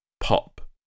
Pop